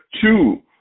two